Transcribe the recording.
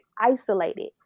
isolated